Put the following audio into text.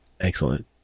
Excellent